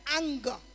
anger